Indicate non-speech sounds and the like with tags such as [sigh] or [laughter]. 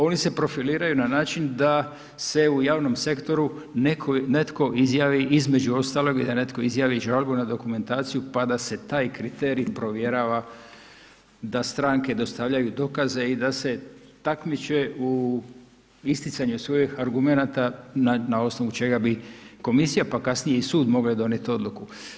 Oni se profiliraju na način, da se u javnom sektoru netko izjavi između ostalog, da netko izjavi … [unintelligible] na dokumentaciju pa da se taj kriterij provjerava, da stranke dostavljaju dokaze i da se takmiče u isticanju svojih argumenata na osnovu čega bi, pa kasnije i sud moglo donijeti odluku.